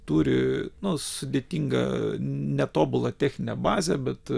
turi sudėtingą netobulą techninę bazę bet